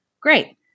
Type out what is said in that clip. Great